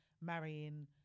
marrying